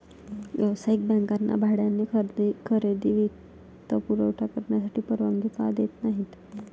व्यावसायिक बँकांना भाड्याने खरेदी वित्तपुरवठा करण्याची परवानगी का देत नाही